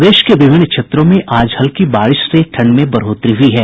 प्रदेश के विभिन्न क्षेत्रों में आज हल्की बारिश से ठंड में बढ़ोतरी हुई है